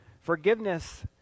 forgiveness